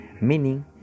Meaning